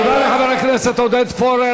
תודה לחבר הכנסת עודד פורר.